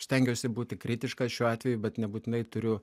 stengiuosi būti kritiškas šiuo atveju bet nebūtinai turiu